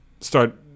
start